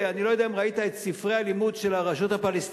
אני לא יודע אם ראית את ספרי הלימוד של הרשות הפלסטינית,